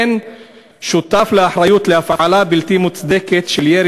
ושותף לאחריות להפעלה בלתי מוצדקת של ירי